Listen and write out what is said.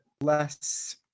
less